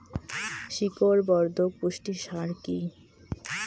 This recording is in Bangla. শিকড় বর্ধক পুষ্টি সার কি?